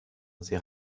sie